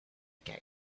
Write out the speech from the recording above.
game